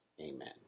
amen